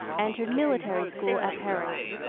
entered military school at paris.